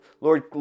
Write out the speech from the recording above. Lord